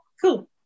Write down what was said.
cool